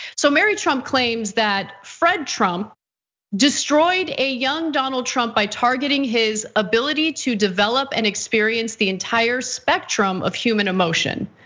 so mary trump claims that fred trump destroyed a young donald trump by targeting his ability to develop and experience the entire spectrum of human emotion.